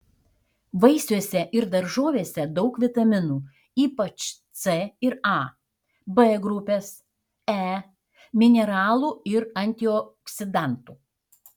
vaisiuose ir daržovėse daug vitaminų ypač c ir a b grupės e mineralų ir antioksidantų